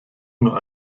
nur